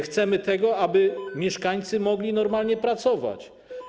Chcemy tego, aby mieszkańcy mogli normalnie pracować.